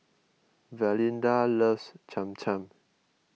Valinda loves Cham Cham